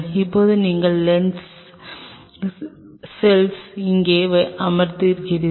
இப்போது நீங்கள் செல்கள் இங்கே அமர்ந்திருக்கிறீர்கள்